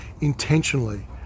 intentionally